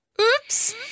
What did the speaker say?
Oops